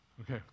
Okay